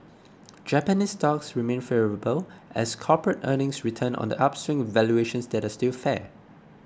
Japanese stocks remain favourable as corporate earnings return on the upswing with valuations that are still fair